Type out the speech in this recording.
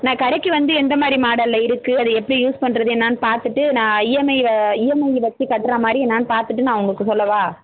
நான் கடைக்கு வந்து எந்தமாதிரி மாடல்ல இருக்குது அது எப்படி யூஸ் பண்ணுறது என்னன்னு பார்த்துட்டு நான் இஎம்ஐல இஎம்ஐ வச்சு கட்டுறமாதிரி என்னன்னு பார்த்துட்டு நான் உங்களுக்கு சொல்லவா